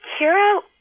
Kira